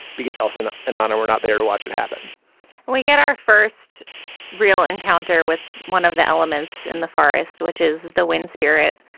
because elsa and i and know we're not there to watch it happen and we get our first real encounter with one of the elements in the forest, which is the wind spirit,